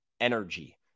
energy